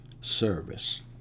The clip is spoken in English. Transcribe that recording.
service